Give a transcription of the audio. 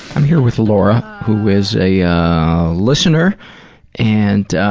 i'm here with laura, who is a listener and